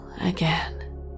again